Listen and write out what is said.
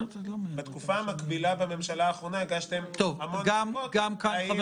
בתקופה המקבילה בממשלה האחרונה הגשתם המון עתירות,